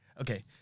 Okay